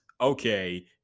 Okay